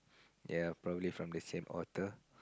ya probably from the same author